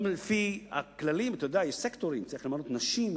גם לפי הכללים יש סקטורים וצריך למנות נשים,